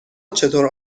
چطور